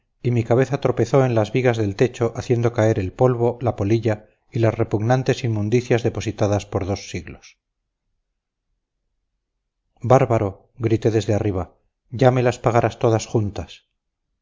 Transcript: y mi cabeza tropezó en las vigas del techo haciendo caer el polvo la polilla y las repugnantes inmundicias depositadas por dos siglos bárbaro grité desde arriba ya me las pagarás todas juntas